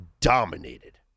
dominated